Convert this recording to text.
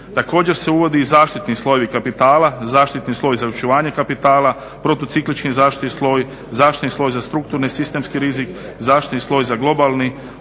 Također se uvodi i zaštitni slojevi kapitala, zaštitni sloj za očuvanje kapitala, protuciklični zaštitni sloj, zaštitni sloj za strukturni sistemski rizik, zaštitni sloj za globalni,